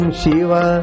Shiva